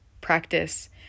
practice